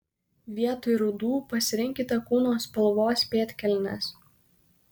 vietoj rudų pasirinkite kūno spalvos pėdkelnes